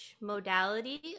modality